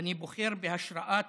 ואני בוחר, בהשראת